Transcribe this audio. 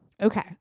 Okay